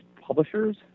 publishers